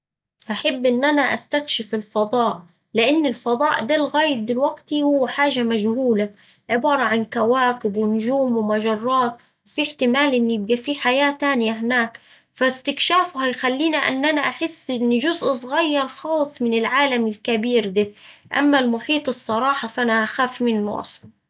هحب إن أنا استكشف الفضاء لإن الفضاء ده لغاية دلوقت هو حاجة مجهولة عبارة عن كواكب ونجوم ومجرات، فيه احتمال إن يبقا فيه حياة تانية هناك، فاستكشافه هيخليني إن أنا أحس إني جزء صغير خالص من العالم الكبير ده. أما المحيط الصراحة فأنا هخاف منه أصلا.